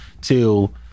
till